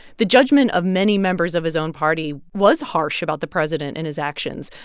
the judgment of many members of his own party was harsh about the president and his actions.